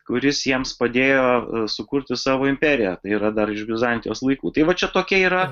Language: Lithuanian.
kuris jiems padėjo sukurti savo imperiją yra dar iš bizantijos laikų tai va čia tokia yra